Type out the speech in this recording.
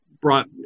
brought